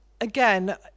Again